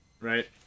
right